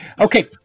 Okay